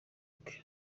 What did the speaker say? bwe